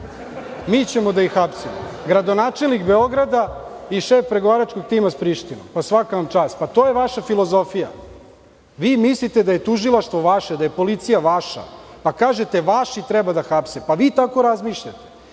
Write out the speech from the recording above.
Mi ćemo da ih hapsimo. Gradonačelnik Beograda i šef pregovaračkog tima s Prištinom. Pa svaka vam čast. To je vaša filozofija. Vi mislite da je Tužilaštvo vaše, da je policija vaša, pa kažete vaši treba da hapse. Vi tako razmišljate.